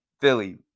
philly